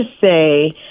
say